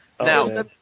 Now